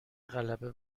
غلبه